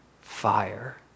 fire